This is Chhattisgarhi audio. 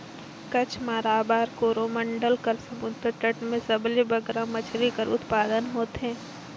कच्छ, माराबार, कोरोमंडल कर समुंदर तट में सबले बगरा मछरी कर उत्पादन होथे